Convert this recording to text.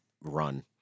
run